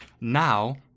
now